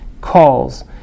Calls